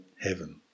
heaven